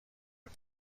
بود